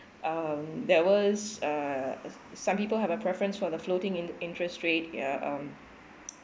um there was uh some people have a preference for the floating in~ interest rate ya um